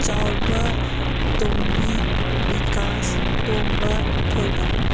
ꯆꯥꯎꯕ ꯇꯣꯝꯕꯤ ꯕꯤꯀꯥꯁ ꯇꯣꯝꯕ ꯊꯣꯏꯕ